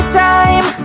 time